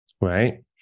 Right